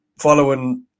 following